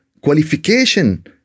qualification